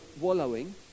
wallowing